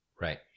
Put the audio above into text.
Right